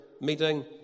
meeting